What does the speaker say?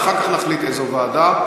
ואחר כך נחליט איזו ועדה.